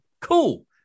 cool